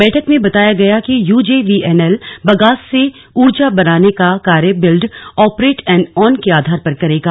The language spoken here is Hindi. बैठक में बताया गया कि U J V N L बगास से ऊर्जा बनाने का कार्य बिल्ड ऑपरेट एंड ऑन के आधार पर करेगा